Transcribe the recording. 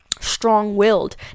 strong-willed